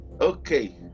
Okay